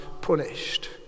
punished